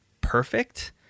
perfect